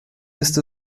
ist